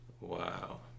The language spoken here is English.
Wow